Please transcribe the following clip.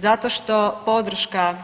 Zašto što podrška